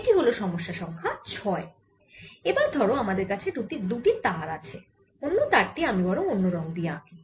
এটি হল সমস্যা সংখ্যা 6 এবার ধরো আমাদের কাছে দুটি তার আছে অন্য তার টি আমি বরং অন্য রঙ দিয়ে আঁকি